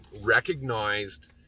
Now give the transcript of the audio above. recognized